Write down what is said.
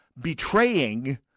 betraying